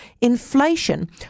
Inflation